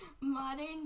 Modern